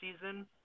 season